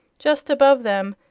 just above them,